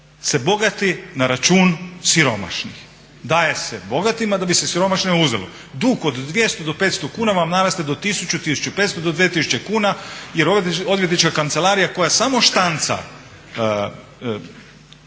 se bogati na račun siromašnih. Daje se bogatima da bi se siromašnima uzelo. Dug od 200 do 500 kuna vam naraste do 1000, 1500 do 2000 jer odvjetnička kancelarija koja samo štanca,